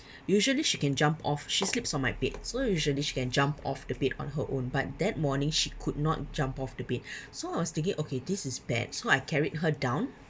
usually she can jump off she sleeps on my bed so usually she can jump off the bed on her own but that morning she could not jump off the bed so I was thinking okay this is bad so I carried her down